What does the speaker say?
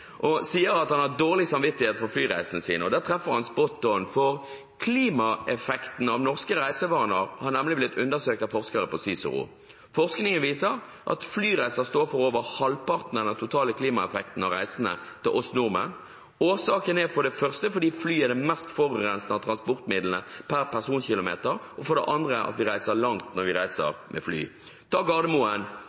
og sier at han har dårlig samvittighet for flyreisene sine. Der treffer han «spot on», for klimaeffekten av norske reisevaner har nemlig blitt undersøkt av forskere på CICERO. Forskningen viser at flyreiser står for over halvparten av den totale klimaeffekten av reisene til oss nordmenn. Årsaken er for det første at fly er det mest forurensende av transportmidlene per personkilometer, og for det andre at vi reiser langt når vi reiser med fly.